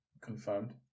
confirmed